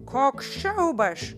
koks siaubas